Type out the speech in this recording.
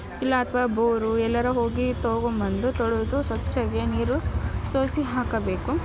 ಇಲ್ಲ ಅಥ್ವಾ ಬೋರು ಎಲ್ಲಾರ ಹೋಗಿ ತಗೊಂಡ್ಬಂದು ತೊಳೆದು ಸ್ವಚ್ಛಗೆ ನೀರು ಸೋಸಿ ಹಾಕಬೇಕು